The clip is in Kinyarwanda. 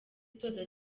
utoza